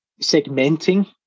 segmenting